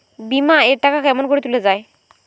বিমা এর টাকা কেমন করি তুলা য়ায়?